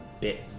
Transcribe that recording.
bit